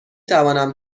توانم